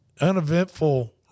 uneventful